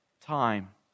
time